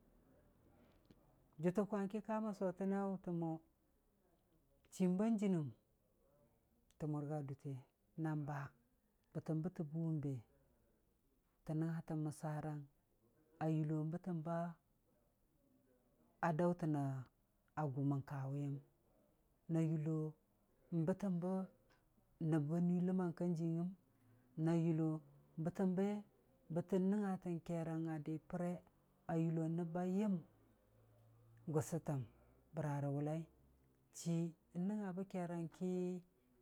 Jətə kwong ki kamən sotəna wʊtəm mo, chiim ba jɨnɨm, tə mʊrga dutte na ba, bətəm bətə buuwum be tə nəngngatən məssarang a yullo bətən ba daʊtəng na a gʊ mən kawiyəm, na yullo bətəm bə nəb ba nuii ləmmang ka jiiyɨgngəm, na yullo bətəm be bətə nəngnga tən keerang a di pre a yullo nəb ba yəm gʊsʊtəm, bəra rə wʊllai, chi n'nəngnga bə keerang ki.